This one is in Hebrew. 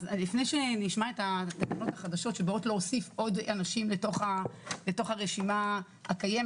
שנשמע את ההרחבות החדשות שבאות להוסיף עוד אנשים לתוך הרשימה הקיימת,